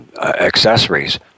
accessories